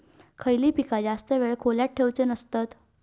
खयली पीका जास्त वेळ खोल्येत ठेवूचे नसतत?